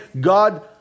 God